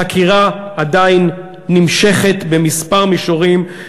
החקירה עדיין נמשכת בכמה מישורים,